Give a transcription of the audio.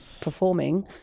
performing